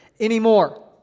anymore